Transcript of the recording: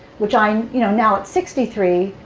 which i mean you know now at sixty three,